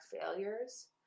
failures